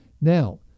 Now